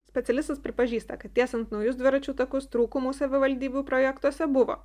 specialistas pripažįsta kad tiesiant naujus dviračių takus trūkumus savivaldybių projektuose buvo